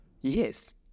Yes